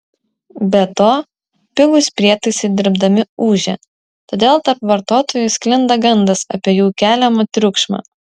be to pigūs prietaisai dirbdami ūžia todėl tarp vartotojų sklinda gandas apie jų keliamą triukšmą